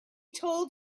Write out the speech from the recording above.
told